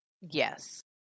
Yes